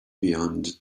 beyond